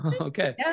Okay